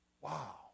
Wow